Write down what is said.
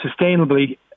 sustainably